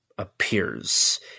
appears